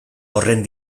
horren